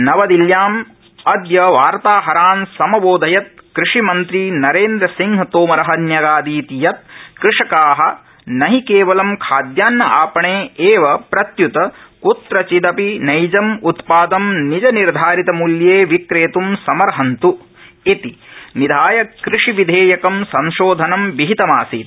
नवदिल्याम् अद्य वार्ताहरान् समबोधयत् कृषिमन्त्री नरेन्द्रसिंह तोमरः न्यगादीत् यत् कृषकाः न हि केवलं खाद्यान्न आपणे एव प्रत्युत कुत्रचिदपि नैजम् उत्पादं निजनिर्धारितमूल्ये विक्रेत् समर्हन्त् इति निधाय कृषिविधेयकं संशोधनं विहितमासीत्